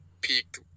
peak